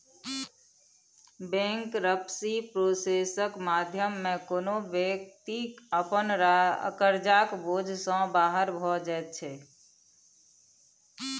bankruptcy प्रोसेसक माध्यमे कोनो बेकती अपन करजाक बोझ सँ बाहर भए जाइ छै